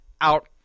out